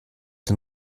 den